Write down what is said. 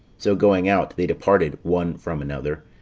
so going out, they departed one from another.